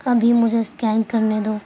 ابھی مجھے اسکین کرنے دو